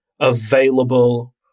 available